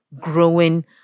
growing